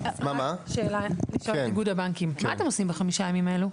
מה אתם עושים בחמישה הימים הללו?